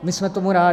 My jsme tomu rádi.